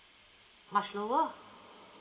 much lower